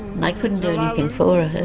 and they couldn't do anything for her.